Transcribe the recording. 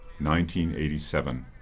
1987